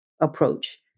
approach